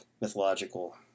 mythological